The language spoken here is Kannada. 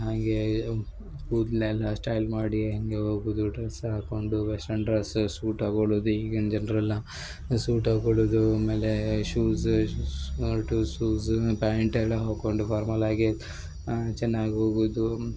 ಹಾಗೇ ಕೂದಲೆಲ್ಲ ಸ್ಟೈಲ್ ಮಾಡಿ ಹಾಗೇ ಹೋಗೋದು ಡ್ರಸ್ ಹಾಕೊಂಡು ವೆಸ್ಟರ್ನ್ ಡ್ರಸ್ಸು ಸೂಟ್ ಹಾಕೊಳುದು ಈಗಿನ ಜನರೆಲ್ಲ ಸೂಟ್ ಹಾಕೊಳುದು ಆಮೇಲೆ ಶೂಸ್ ಶರ್ಟು ಶೂಸನ್ನ ಪ್ಯಾಂಟ್ ಎಲ್ಲಾ ಹಾಕೊಂಡು ಫಾರ್ಮಲ್ ಆಗೇ ಚೆನ್ನಾಗಿ ಹೋಗೋದು